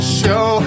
show